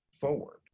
forward